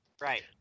Right